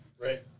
right